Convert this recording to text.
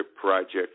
Project